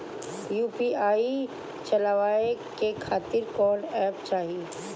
UPI चलवाए के खातिर कौन एप चाहीं?